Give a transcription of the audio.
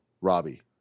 Robbie